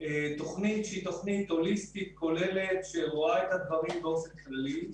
תוכנית הוליסטית כוללת שרואה את הדברים באופן כללי.